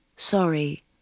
Sorry